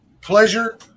pleasure